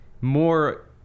more